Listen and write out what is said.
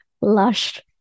lush